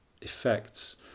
effects